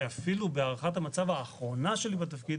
ואפילו בהערכת המצב האחרונה שלי בתפקיד